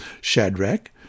Shadrach